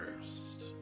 first